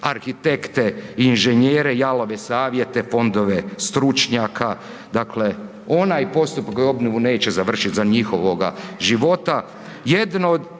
arhitekte i inženjere, jalove savjete, fondove stručnjaka, dakle onaj postupak koji obnovu neće završit za njihova života. Jedno od